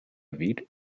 vic